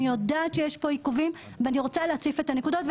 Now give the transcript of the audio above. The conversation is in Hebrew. אני יודעת שיש עיכובים ואני רוצה להציף את הנקודות.